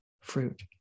fruit